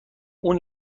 اون